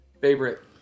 favorite